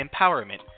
empowerment